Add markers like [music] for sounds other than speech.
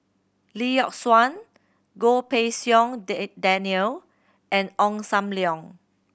Lee Yock Suan Goh Pei Siong [unintelligible] Daniel and Ong Sam Leong